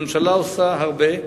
הממשלה עושה הרבה,